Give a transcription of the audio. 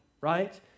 right